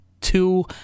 two